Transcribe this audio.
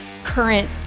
current